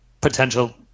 potential